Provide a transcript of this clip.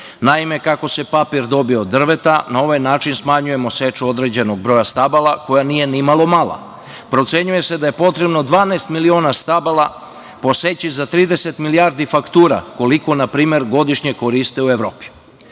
Naime, kako se papir dobija od drveta, na ovaj način smanjujemo seču određenog broja stabala koja nije ni malo mala. Procenjuje se da je potrebno 12 miliona stabala poseći za 30 milijardi faktura, koliko na primer godišnje koriste u Evropi. Pored